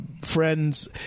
friends